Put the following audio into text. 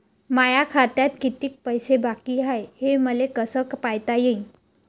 माया खात्यात कितीक पैसे बाकी हाय हे मले कस पायता येईन?